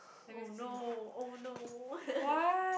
oh no oh no